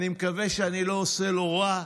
אני מקווה שאני לא עושה לו רע,